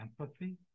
empathy